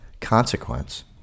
consequence